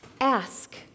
ask